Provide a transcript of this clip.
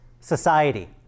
society